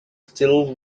still